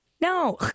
No